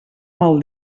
mal